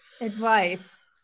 advice